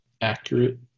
accurate